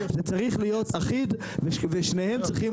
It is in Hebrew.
זה צריך להיות אחיד ושניהם צריכים